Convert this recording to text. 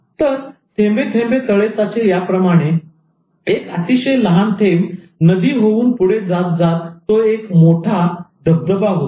तर थेंबे थेंबे तळे साचे याप्रमाणे एक अतिशय लहान थेंब नदी होऊन पुढे जात जात तो एक मोठा धबधबा होतो